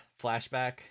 flashback